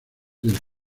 del